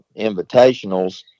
invitationals